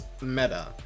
meta